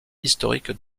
historiques